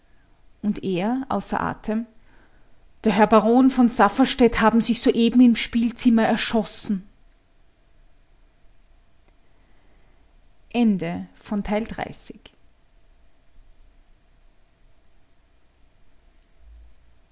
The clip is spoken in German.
und er außer atem der herr baron von safferstätt haben sich soeben im spielzimmer erschossen